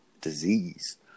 disease